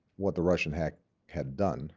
what the russian hack had done